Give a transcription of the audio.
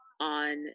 on